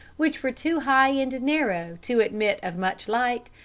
which were too high and narrow to admit of much light,